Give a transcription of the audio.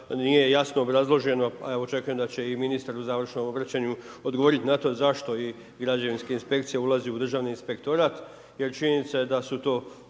nije jasno obrazloženo a evo očekujem da će i ministar u završnom obraćanju odgovoriti na to zašto i građevinska inspekcija ulazi u Državni inspektorat jer činjenica je da su to